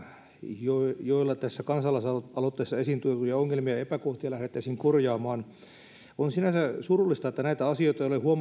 joilla joilla tässä kansalaisaloitteessa esiin tuotuja ongelmia ja epäkohtia lähdettäisiin korjaamaan on sinänsä surullista että näitä asioita ei ole